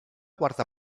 quarta